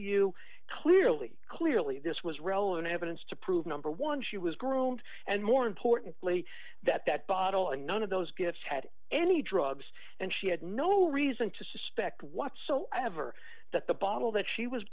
you clearly clearly this was relevant evidence to prove number one she was groomed and more importantly that that bottle and none of those gifts had any drugs and she had no reason to suspect whatsoever that the bottle that she was